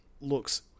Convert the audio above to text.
looks